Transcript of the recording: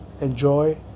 Enjoy